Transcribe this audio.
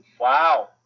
wow